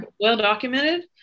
well-documented